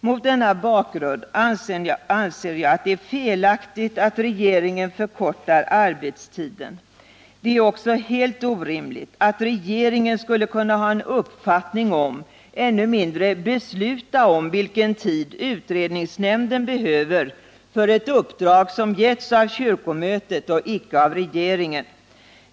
Mot denna bakgrund anser jag att det är felaktigt att regeringen förkortar arbetstiden. Det är också helt orimligt att regeringen skulle kunna ha en uppfattning om — ännu mindre besluta om — vilken tid utredningsnämnden behöver för ett uppdrag som getts av kyrkomötet och icke av regeringen.